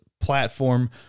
platform